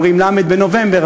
אומרים ל' בנובמבר,